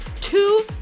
Two